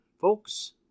Folks